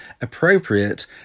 appropriate